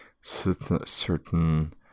certain